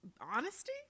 honesty